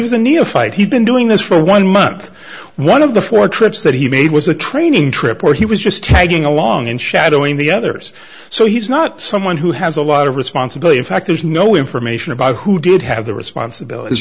was a neophyte he'd been doing this for one month one of the four trips that he made was a training trip where he was just tagging along and shadowing the others so he's not someone who has a lot of responsibility in fact there's no information about who did have the responsibilities